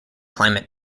climate